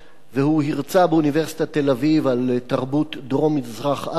והוא הרצה באוניברסיטת תל-אביב על תרבות דרום-מזרח אסיה.